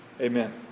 Amen